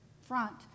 front